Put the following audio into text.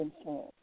insurance